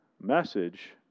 message